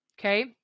Okay